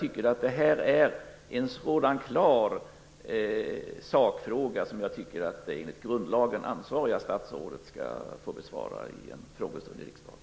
Men detta är en sådan klar sakfråga som jag tycker att det enligt grundlagen ansvariga statsrådet skall få besvara i en frågestund i riksdagen.